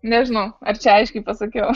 nežinau ar čia aiškiai pasakiau